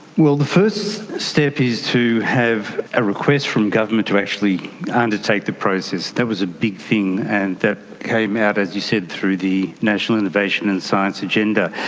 well, the first step is to have a request from government to actually undertake the process. that was a big thing, and that came out, as you said, through the national innovation and science agenda.